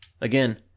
Again